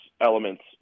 elements